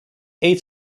eight